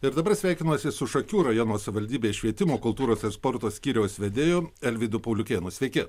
ir dabar sveikinuosi su šakių rajono savivaldybės švietimo kultūros ir sporto skyriaus vedėju alvydu pauliukėnu sveiki